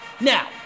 Now